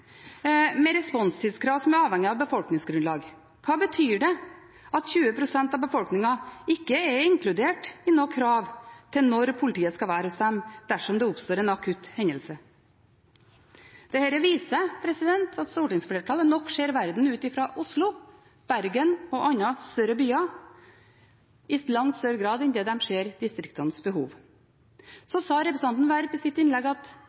med responstidkrav som er avhengig av befolkningsgrunnlag? Hva betyr det at 20 pst. av befolkningen ikke er inkludert i noe krav til når politiet skal være hos dem dersom det oppstår en akutt hendelse? Dette viser at stortingsflertallet nok ser verden ut fra Oslo, Bergen og andre større byer i langt større grad enn de ser distriktenes behov. Så sa representanten Werp i sitt innlegg at